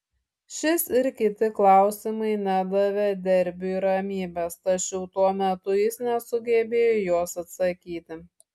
šis ir kiti klausimai nedavė derbiui ramybės tačiau tuo metu jis nesugebėjo į juos atsakyti